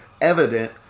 evident